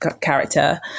character